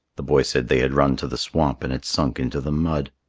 the boy said they had run to the swamp and had sunk into the mud.